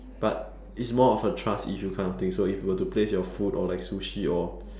but is more of a trust issue kind of thing so if you were to place your food or like sushi or